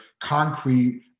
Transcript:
concrete